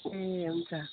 ए हुन्छ